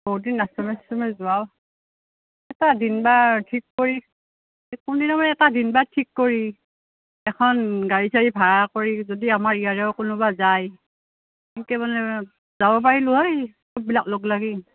বহুত দিন আশ্ৰমে ছাশ্ৰমে যোৱাও এটা দিন বাৰ ঠিক কৰি কোনদিনা মানে এটা দিন বাৰ ঠিক কৰি এখন গাড়ী চাৰী ভাড়া কৰি যদি আমাৰ ইয়াৰে কোনোবা যায় যাব পাৰিলোঁ হয় লগ লাগি